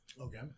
Okay